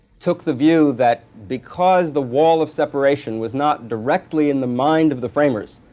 took the view that because the wall of separation was not directly in the mind of the framers,